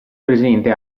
presente